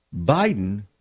Biden